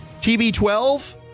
TB12